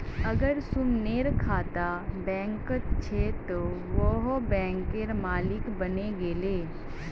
अगर सुमनेर खाता बैंकत छ त वोहों बैंकेर मालिक बने गेले